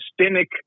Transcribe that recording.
systemic